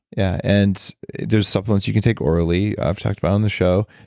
yeah and there's supplements you can take orally, i've talked about on the show,